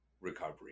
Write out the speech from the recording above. recovery